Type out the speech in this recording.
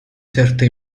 certa